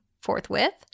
Forthwith